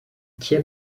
ikiye